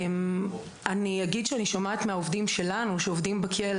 אני אגיד שאני שומעת מהעובדים שלנו שעובדים בכלא